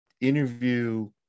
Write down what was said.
interview